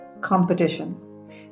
competition